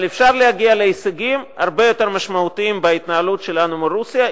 אבל אפשר להגיע להישגים הרבה יותר משמעותיים בהתנהלות שלנו מול רוסיה,